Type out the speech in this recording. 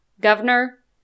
governor